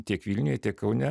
tiek vilniuje tiek kaune